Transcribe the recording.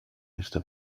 esta